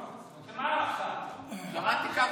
לא, אבל אמרת שאתה רוצה להשתלב ולא נותנים לך?